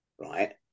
right